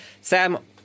Sam